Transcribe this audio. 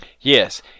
Yes